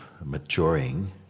maturing